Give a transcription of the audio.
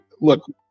look